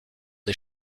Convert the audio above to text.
des